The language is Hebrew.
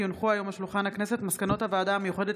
כי הונחו היום על שולחן הכנסת מסקנות הוועדה המיוחדת